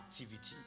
activity